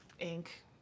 ink